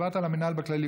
דיברת על המינהל בכללי.